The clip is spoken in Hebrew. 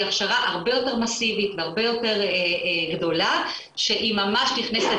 הכשרה הרבה יותר מאסיבית והרבה יותר גדולה שהיא ממש נכנסת